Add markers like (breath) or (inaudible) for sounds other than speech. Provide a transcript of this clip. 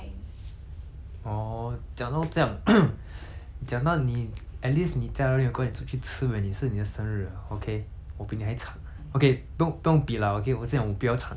(breath) 讲到你 at least 你家人有 go and 出去吃 when 是你的生日 okay 我比你还惨 okay 不用不用比 lah okay 我是讲我比较惨我的家人不记得我生日几时的